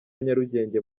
nyarugenge